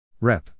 Rep